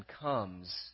comes